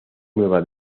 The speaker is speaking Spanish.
nueva